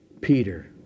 Peter